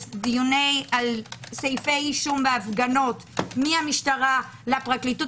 סעיפי אישום בהפגנות מהמשטרה לפרקליטות,